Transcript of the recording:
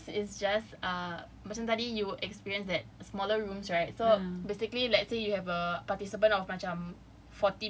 breakout rooms is just uh macam tadi you experience that smaller rooms right so basically let's say you have a participant of macam